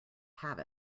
have